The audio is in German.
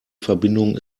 verbindung